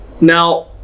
now